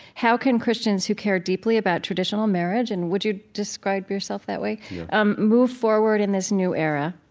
how can christians who care deeply about traditional marriage and would you describe yourself that way um move forward in this new era?